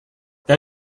that